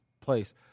place